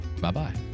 Bye-bye